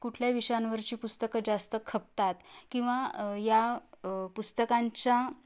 कुठल्या विषयांवरची पुस्तकं जास्त खपतात किंवा या पुस्तकांच्या